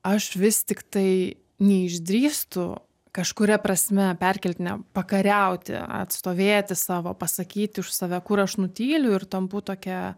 aš vis tiktai neišdrįstu kažkuria prasme perkeltine pakariauti atstovėti savo pasakyti už save kur aš nutyliu ir tampu tokia